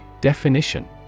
Definition